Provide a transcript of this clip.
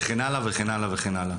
וכן הלאה וכן הלאה.